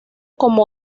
como